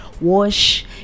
wash